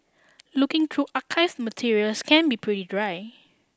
looking through archived materials can be pretty dry